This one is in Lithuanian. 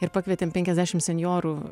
ir pakvietėm penkiasdešim senjorų